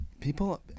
people